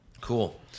Cool